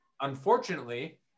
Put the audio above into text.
Unfortunately